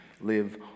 live